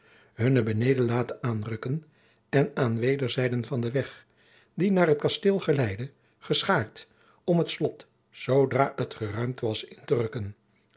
hunne benden laten aanrukken en aan wederszijden van den weg die naar het kasteel geleidde geschaard om het slot zoodra het geruimd was in te rukken